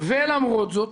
למרות זאת,